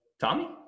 Tommy